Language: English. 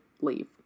leave